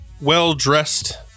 well-dressed